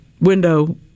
window